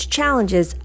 challenges